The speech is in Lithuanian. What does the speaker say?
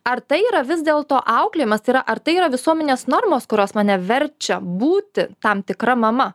ar tai yra vis dėlto auklėjimas tai yra ar tai yra visuomenės normos kurios mane verčia būti tam tikra mama